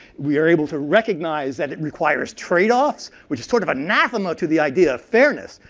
we are able to recognize that it requires tradeoffs, which is sort of anathema to the idea of fairness.